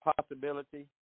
possibility